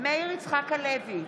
מאיר יצחק הלוי,